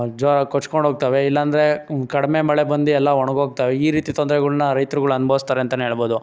ಜೋರಾಗಿ ಕೊಚ್ಕೊಂಡು ಹೋಗ್ತವೆ ಇಲ್ಲಾಂದ್ರೆ ಕಡಿಮೆ ಮಳೆ ಬಂದು ಎಲ್ಲ ಒಣಗೋಗ್ತವೆ ಈ ರೀತಿ ತೊಂದರೆಗಳನ್ನ ರೈತರುಗಳು ಅನುಭವಿಸ್ತಾರಂತೆಯೇ ಹೇಳ್ಬೌದು